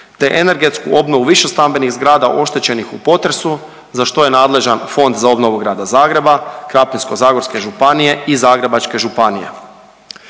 te energetsku obnovu višestambenih zgrada oštećenih u potresu za što je nadležan Fond za obnovu Grada Zagreba, Krapinsko-zagorske županije i Zagrebačke županije.